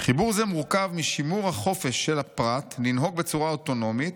"חיבור זה מורכב משימור החופש של הפרט לנהוג בצורה אוטונומית,